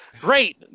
Great